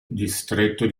distretto